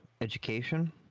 education